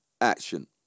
action